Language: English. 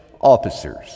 officers